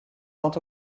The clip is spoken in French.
tant